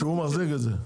שהוא מחזיק את זה.